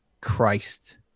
Christ